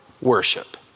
worship